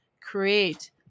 create